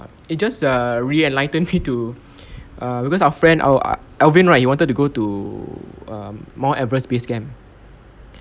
it just a re-enlightened me to err because our friend our alvin right he wanted to go to um mount everest base camp